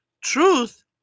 truth